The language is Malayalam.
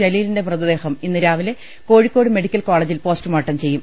ജലീലിന്റെ മൃതദേഹം ഇന്ന് രാവിലെ കോഴി ക്കോട് മെഡിക്കൽ കോളജിൽ പോസ്റ്റ്മോർട്ടം ചെയ്യും